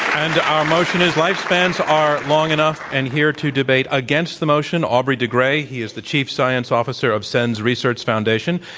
and our motion is lifespans are long enough. and here to debate against the motion, aubrey de grey. he is the chief science officer of sens research foundation.